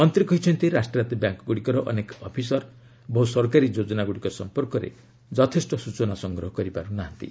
ମନ୍ତ୍ରୀ କହିଛନ୍ତି ରାଷ୍ଟ୍ରାୟତ ବ୍ୟାଙ୍କ୍ଗୁଡ଼ିକର ଅନେକ ଅଫିସର ବହୁ ସରକାରୀ ଯୋଜନାଗୁଡ଼ିକ ସମ୍ପର୍କରେ ଯଥେଷ୍ଟ ସ୍ଟଚନା ସଂଗ୍ରହ କରିପାରୁନାହାନ୍ତି